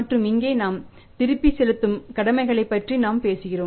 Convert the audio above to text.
மற்றும் இங்கே நாம் திருப்பிச் செலுத்தும் கடமைகளைப் பற்றி நாம் பேசுகிறோம்